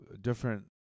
Different